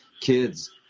kids